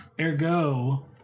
ergo